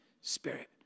Spirit